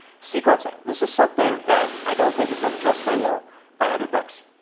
sequencing this is something that i don't think has been addressed very well by other books.